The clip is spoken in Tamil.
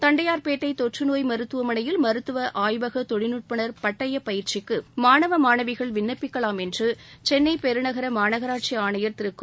தண்டையார்பேட்டைதொற்றுநோய் மருத்துவமனையில் மருத்துவ ஆய்வக தொழில்நுட்பனர் பட்டயப் பயிற்சிக்கு மாணவ மாணவிகள் விண்ணப்பிக்கலாம் என்று சென்னை பெருநகர மாநகராட்சி ஆணையர் திரு கோ